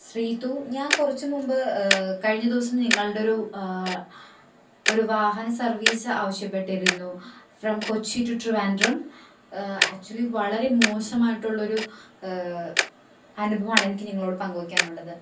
സ്രീതു ഞാൻ കുറച്ച് മുമ്പ് കഴിഞ്ഞ ദിവസം നിങ്ങളുടെ ഒരു ഒരു വാഹന സർവീസ് ആവിശ്യപ്പെട്ടിരുന്നു from Kochi to Trivandrum actually വളരെ മോശമായിട്ടുള്ള ഒരു അനുഭവമാണ് എനിക്ക് നിങ്ങളോട് പങ്കുവയ്ക്കാനുള്ളത്